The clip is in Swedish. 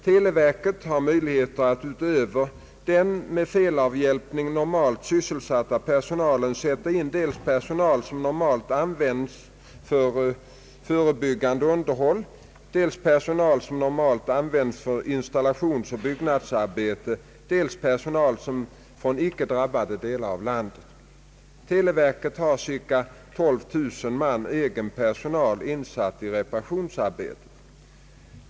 Televerket har möjligheter att utöver den med felavhjälpning normalt sysselsatta personalen sätta in dels personal som normalt används för förebyggande underhåll, dels personal som normalt används för installationsoch byggnadsarbeten, dels personal från icke drabbade delar av landet. Televerket har cirka 12 000 man egen personal insatt i reparationsarbetet.